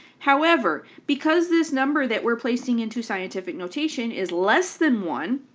however, because this number that we're placing into scientific notation is less than one,